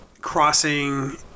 crossing